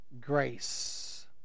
grace